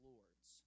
Lords